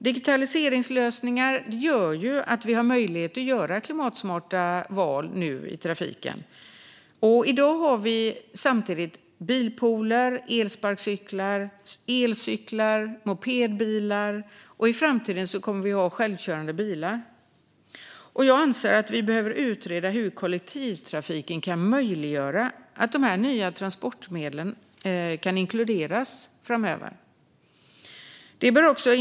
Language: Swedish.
Digitala lösningar ger oss möjlighet att göra klimatsmarta val i trafiken. I dag finns bilpooler, elsparkcyklar, elcyklar och mopedbilar, och i framtiden kommer vi att ha självkörande bilar. Jag anser att vi behöver utreda hur dessa nya transportmedel kan inkluderas i kollektivtrafiken framöver.